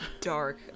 dark